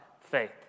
faith